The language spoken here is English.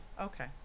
Okay